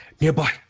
nearby